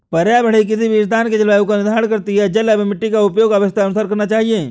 पर्यावरण ही किसी भी स्थान के जलवायु का निर्धारण करती हैं जल एंव मिट्टी का उपयोग आवश्यकतानुसार करना चाहिए